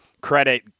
credit